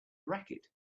racket